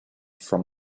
from